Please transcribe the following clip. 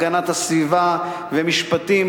הגנת הסביבה והמשפטים.